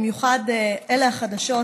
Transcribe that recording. במיוחד אלה החדשות,